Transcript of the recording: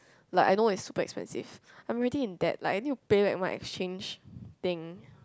like I know it's super expensive I'm already in debt like I need to pay back my exchange thing